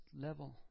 level